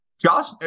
Josh